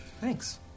Thanks